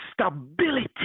stability